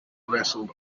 wrestled